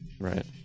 Right